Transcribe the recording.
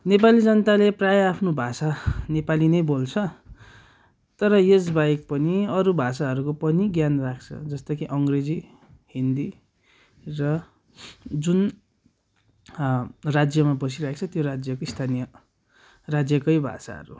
नेपाली जनताले प्रायः आफ्नो भाषा नेपाली नै बोल्छ तर यसबाहेक पनि अरू भाषाहरूको पनि ज्ञान राख्छ जस्तो कि अङ्ग्रेजी हिन्दी र जुन राज्यमा बसिरहेको छ त्यो राज्यको स्थानीय राज्यकै भाषाहरू